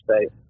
space